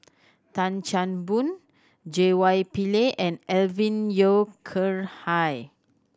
Tan Chan Boon J Y Pillay and Alvin Yeo Khirn Hai